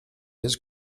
his